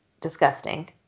disgusting